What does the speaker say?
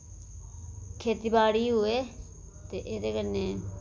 खेती बाड़ी होऐ ते एह्दे कन्नै